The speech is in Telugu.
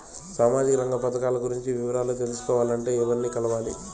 సామాజిక రంగ పథకాలు గురించి వివరాలు తెలుసుకోవాలంటే ఎవర్ని కలవాలి?